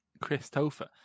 Christopher